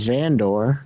Vandor